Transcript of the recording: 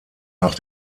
nach